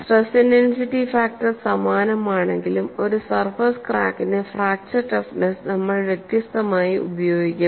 stress intensity factor സമാനമാണെങ്കിലും ഒരു surface ക്രാക്കിന് ഫ്രാക്ചർ ടഫ്നെസ്സ് നമ്മൾ വ്യത്യസ്തമായി ഉപയോഗിക്കും